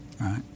right